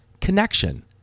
connection